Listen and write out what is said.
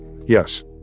Yes